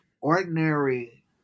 ordinary